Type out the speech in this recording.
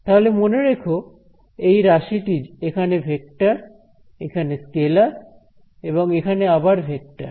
তাহলে মনে রেখো এই রাশিটি এখানে ভেক্টর এখানে স্কেলার এবং এখানে আবার ভেক্টর